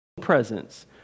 presence